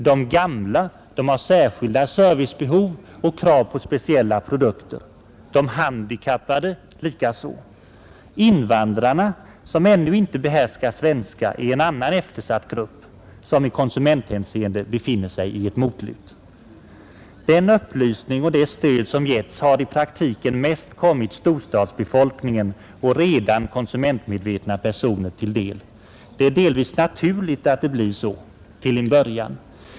De gamla har särskilda servicebehov och krav på speciella produkter, de handikappade likaså. Invandrarna som ännu inte behärskar svenska är en annan eftersatt grupp, som i konsumenthänseende befinner sig i ett motlut. Den upplysning och det stöd som getts har i praktiken mest kommit storstadsbefolkningen och redan konsumentmedvetna personer till del. Det är delvis naturligt att det blir så — till en början.